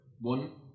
One